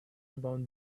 about